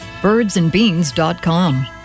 Birdsandbeans.com